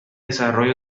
desarrollo